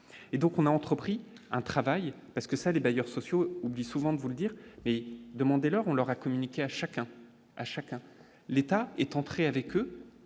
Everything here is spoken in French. et donc on a entrepris un travail parce que ça les bailleurs sociaux oublient souvent de vous le dire mais demandez leur, on leur a communiqué à chacun, à chacun, l'État est entré avec avec